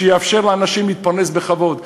מה שיאפשר לאנשים להתפרנס בכבוד,